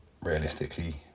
realistically